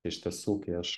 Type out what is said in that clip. iš tiesų kai aš